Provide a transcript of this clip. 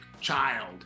child